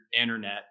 internet